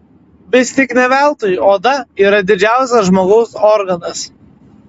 vis tik ne veltui oda yra didžiausias žmogaus organas